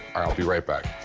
i'll be right back.